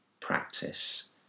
practice